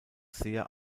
sehr